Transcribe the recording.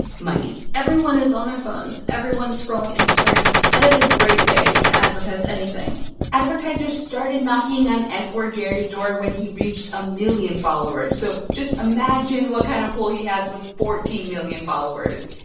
money everyone is on their phones. everyone's scrolling instagram. that is a great way to advertise anything advertisers started knocking on ah f-wordjerry's door when he reached a million followers. so just imagine what kind of pull he has with fourteen million followers.